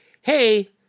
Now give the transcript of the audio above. hey